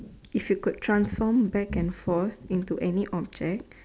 if you could transform back and forth into any object